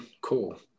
Cool